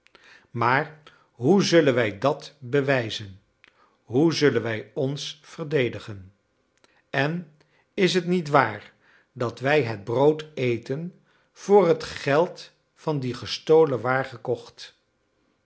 maar hoe zullen wij dat bewijzen hoe zullen wij ons verdedigen en is het niet waar dat wij het brood eten voor het geld van die gestolen waar gekocht